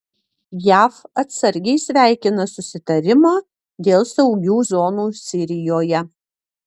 jav atsargiai sveikina susitarimą dėl saugių zonų sirijoje